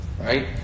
right